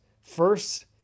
first